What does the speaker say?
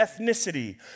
ethnicity